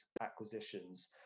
acquisitions